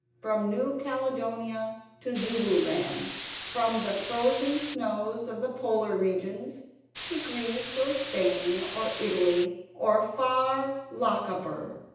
from new caledonia to zululand from the frozen snows of the polar regions to greece, or spain, or italy, or far lochaber.